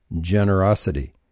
generosity